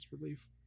relief